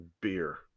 beer